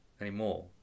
anymore